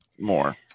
more